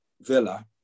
Villa